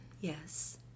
Yes